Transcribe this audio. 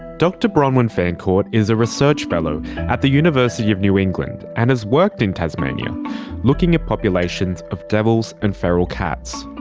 dr bronwyn fancourt is a research fellow at the university of new england and has worked in tasmania looking at populations of devils and feral cats.